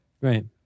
right